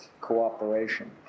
cooperation